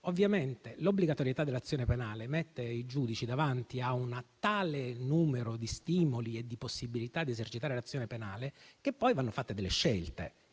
ovviamente l'obbligatorietà dell'azione penale mette i giudici davanti a un tale numero di stimoli e di possibilità di esercitare l'azione penale, che poi vanno fatte delle scelte.